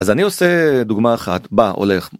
אז אני עושה דוגמא אחת בא הולך.